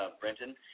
Brenton